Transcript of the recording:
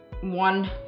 one